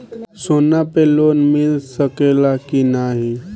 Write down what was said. सोना पे लोन मिल सकेला की नाहीं?